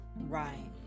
right